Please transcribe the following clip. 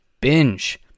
binge